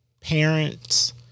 Parents